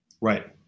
Right